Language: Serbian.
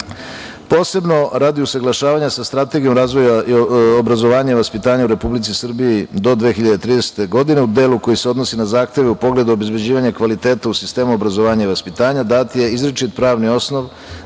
radi usaglašavanja sa Strategijom razvoja obrazovanja i vaspitanja u Republici Srbiji do 2030. godine u delu koji se odnosi na zahteve u pogledu obezbeđivanja kvaliteta u sistemu obrazovanja i vaspitanja dat je izričit pravni osnov